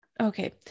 okay